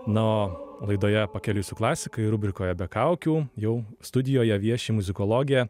na o laidoje pakeliui su klasika ir rubrikoje be kaukių jau studijoje vieši muzikologė